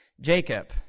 Jacob